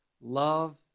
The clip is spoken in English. love